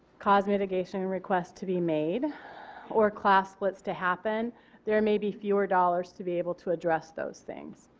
cause mitigation and requests to be made or class splits to happen there may be fewer dollars to be able to address those things.